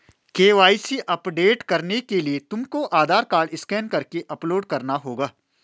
KYC update करने के लिए तुमको आधार कार्ड स्कैन करके अपलोड करना होगा